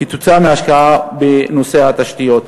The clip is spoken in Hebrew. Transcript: על-ידי השקעה בנושא התשתיות.